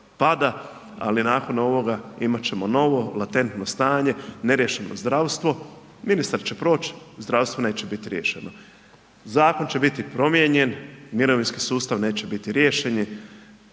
ali nakon ovoga imat ćemo novo latentno stanje, neriješeno zdravstvo, ministar će proć, zdravstvo neće bit riješeno, zakon će biti promijenjen, mirovinski sustav neće biti rješenje,